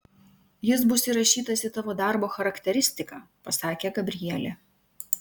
jis bus įrašytas į tavo darbo charakteristiką pasakė gabrielė